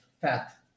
fat